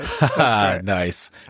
Nice